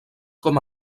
com